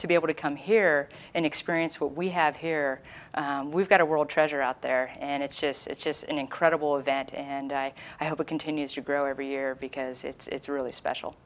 to be able to come here and experience what we have here we've got a world treasure out there and it's just it's just an incredible event and i hope it continues to grow every year because it's a really special